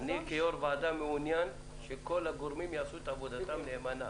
אני כיושב-ראש ועדה מעוניין שכל הגורמים יעשו את עבודתם נאמנה.